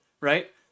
right